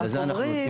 רק אומרים,